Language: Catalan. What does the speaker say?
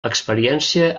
experiència